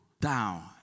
down